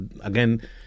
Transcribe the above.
again